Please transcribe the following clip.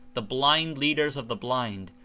the blind leaders of the blind,